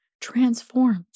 transforms